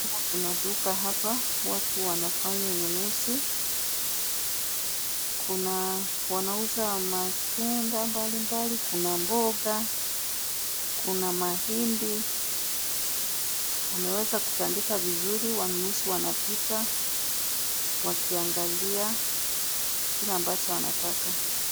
Hapa kuna duka hapa watu wanafanya ununuzi. Wanauza matunda mbalimbali, kuna mboga, kuna mahindi. Wameweza kutandika vizuri. Wanunuzi wanapita wakiangalia kile ambacho wanataka.